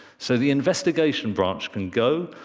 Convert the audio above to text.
so the investigation branch can go,